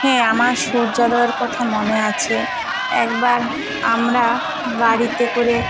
হ্যাঁ আমার সূর্যোদয়ের কথা মনে আছে একবার আমরা গাড়িতে করে